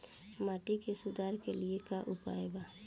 माटी के सुधार के लिए का उपाय बा?